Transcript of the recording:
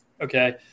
Okay